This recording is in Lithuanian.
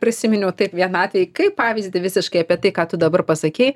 prisiminiau taip vieną atvejį kaip pavyzdį visiškai apie tai ką tu dabar pasakei